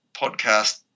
podcast